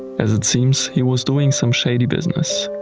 as it seems, he was doing some shady business.